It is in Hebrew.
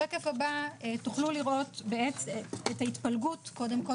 בשקף הבא תוכלו לראות את ההתפלגות קודם כל